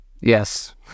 Yes